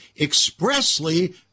expressly